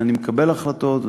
אני מקבל החלטות,